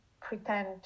pretend